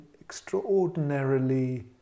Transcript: extraordinarily